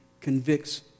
convicts